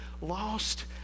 lost